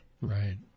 Right